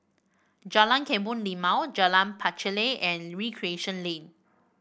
Jalan Kebun Limau Jalan Pacheli and Recreation Lane